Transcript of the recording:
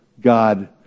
God